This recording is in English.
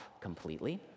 completely